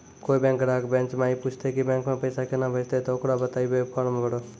कोय बैंक ग्राहक बेंच माई पुछते की बैंक मे पेसा केना भेजेते ते ओकरा बताइबै फॉर्म भरो